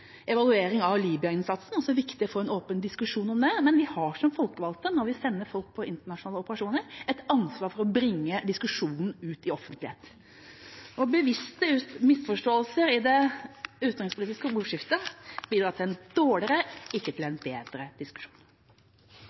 evaluering av Libya-innsatsen. Det er også viktig å få en åpen diskusjon om det. Men når vi sender folk ut i internasjonale operasjoner, har vi som folkevalgte et ansvar for å bringe diskusjonen ut i offentligheten. Bevisste misforståelser i det utenrikspolitiske ordskiftet gjør det til en dårligere, ikke bedre diskusjon.